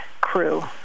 crew